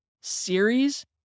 series